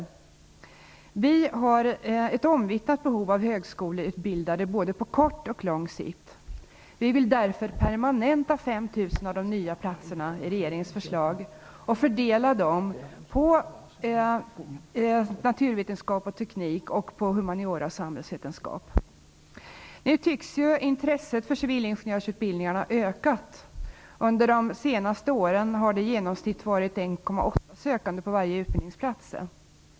Det finns ett omvittnat behov av högskoleutbildade på både kort och lång sikt. Vi vill därför permanenta 5 000 av de nya platserna i regeringens förslag och fördela dem på naturvetenskap samhällsvetenskap. Intresset för civilingenjörsutbildningarna tycks nu ha ökat. Under de senaste åren har det i genomsnitt varit 1,8 sökande på varje utbildningsplats.